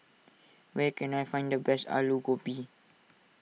where can I find the best Alu Gobi